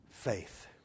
faith